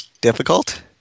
Difficult